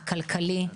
הכלכלי,